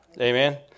Amen